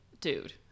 Dude